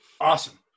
Awesome